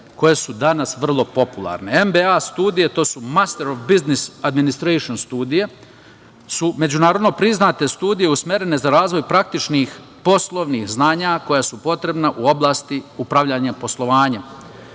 koje su danas vrlo popularne. Dakle, MBA studije su "Master of Business Administration" studije i međunarodno su priznate studije, usmerene za razvoj praktičnih poslovnih znanja koja su potrebna u oblasti upravljanja poslovanjem.